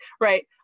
right